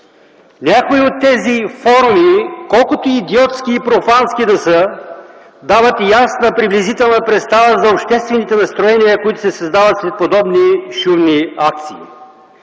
Някои от тези форуми, колкото идиотски и профански да са, дават ясна и приблизителна представа за обществените настроения, които се създават след подобни шумни акции.